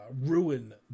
ruin